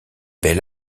bel